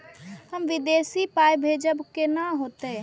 हम विदेश पाय भेजब कैना होते?